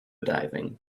diving